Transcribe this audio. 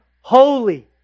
holy